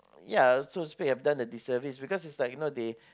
ya so to speak they have done a disservice because it's like you know they